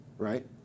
Right